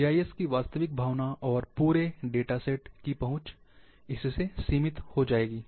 GIS की वास्तविक भावना और पूरे डेटासेट की पहुँच सीमित हो जाएगी